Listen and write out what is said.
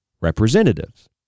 representatives